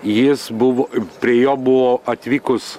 jis buvo prie jo buvo atvykus